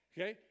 okay